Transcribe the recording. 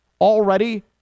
already